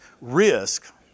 risk